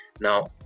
now